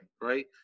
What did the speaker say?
right